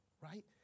right